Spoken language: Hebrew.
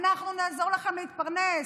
אנחנו נעזור לך להתפרנס.